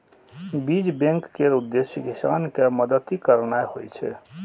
बीज बैंक केर उद्देश्य किसान कें मदति करनाइ होइ छै